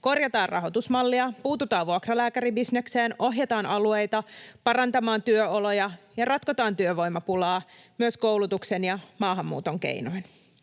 Korjataan rahoitusmallia, puututaan vuokralääkäribisnekseen, ohjataan alueita parantamaan työoloja ja ratkotaan työvoimapulaa myös koulutuksen ja maahanmuuton keinoin.